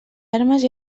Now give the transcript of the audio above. armes